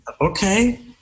okay